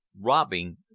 Robbing